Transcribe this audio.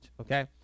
Okay